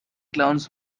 clowns